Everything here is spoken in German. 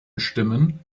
stimmen